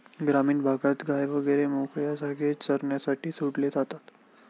ग्रामीण भागात गायी वगैरे मोकळ्या जागेत चरण्यासाठी सोडल्या जातात